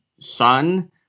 son